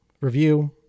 review